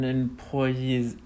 employees